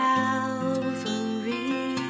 Calvary